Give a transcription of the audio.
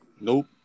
nope